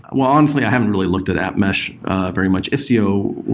well, honestly, i haven't really looked at app mesh very much. istio,